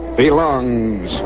belongs